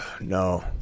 No